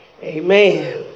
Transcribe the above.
Amen